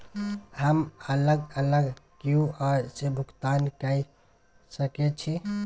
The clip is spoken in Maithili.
हम अलग अलग क्यू.आर से भुगतान कय सके छि?